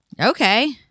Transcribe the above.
okay